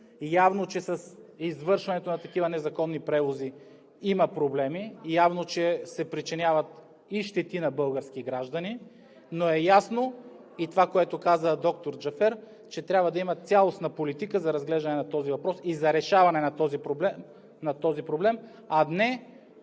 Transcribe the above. Явно, че с извършването на такива незаконни превози има проблеми, явно е, че се причиняват и щети на български граждани, но е ясно и това, което каза и доктор Джафер, че трябва да има цялостна политика за разглеждане на този въпрос и за решаване на проблема, а не